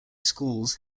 schools